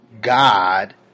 god